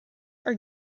are